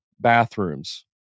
bathrooms